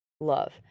love